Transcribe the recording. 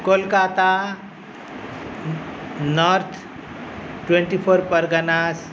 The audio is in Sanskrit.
Kolkata north twenty four Parganas